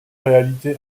réalité